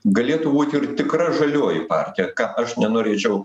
galėtų būt ir tikra žalioji partija ką aš nenorėčiau